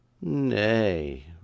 Nay